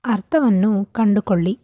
ಅರ್ಥವನ್ನು ಕಂಡುಕೊಳ್ಳಿ